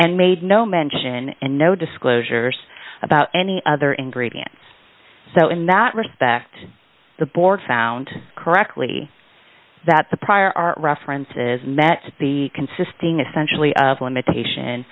and made no mention and no disclosures about any other ingredients so in that respect the board found correctly that the prior art references met the consisting of centrally of limitation